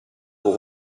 pour